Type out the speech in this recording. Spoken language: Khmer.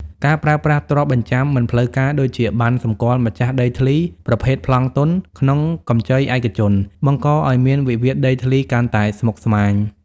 ការប្រើប្រាស់ទ្រព្យបញ្ចាំមិនផ្លូវការ (ដូចជាប័ណ្ណសម្គាល់ម្ចាស់ដីធ្លីប្រភេទប្លង់ទន់) ក្នុងកម្ចីឯកជន បង្កឱ្យមានវិវាទដីធ្លីកាន់តែស្មុគស្មាញ។